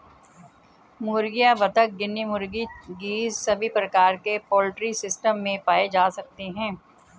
मुर्गियां, बत्तख, गिनी मुर्गी, गीज़ सभी प्रकार के पोल्ट्री सिस्टम में पाए जा सकते है